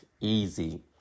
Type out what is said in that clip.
easy